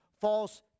false